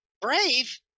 brave